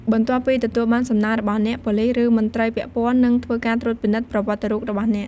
បន្ទាប់ពីទទួលបានសំណើរបស់អ្នក ប៉ូលីស ឬមន្ត្រីពាក់ព័ន្ធ នឹងធ្វើការត្រួតពិនិត្យប្រវត្តិរូបរបស់អ្នក។